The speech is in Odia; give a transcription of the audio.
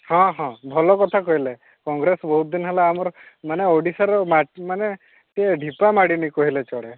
ହଁ ହଁ ଭଲ କଥା କହିଲେ କଂଗ୍ରେସ୍ ବହୁତ ଦିନ ହେଲା ଆମର ମାନେ ଓଡ଼ିଶାର ମାଟି ମାନେ ମାନେ ଟିକିଏ ଢ଼ିପା ମାଡ଼ିନି କହିଲେ ଚଳେ